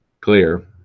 Clear